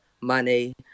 money